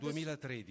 2013